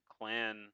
clan